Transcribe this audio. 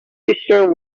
cistern